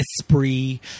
esprit